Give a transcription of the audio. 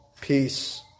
peace